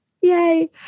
Yay